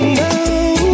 now